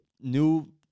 new